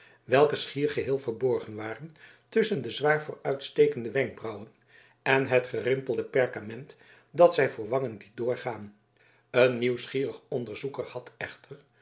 welke schier geheel verborgen waren tusschen de zwaar vooruitstekende wenkbrauwen en het gerimpelde perkament dat zij voor wangen liet doorgaan een nieuwsgierig onderzoeker had echter